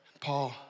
Paul